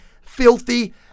filthy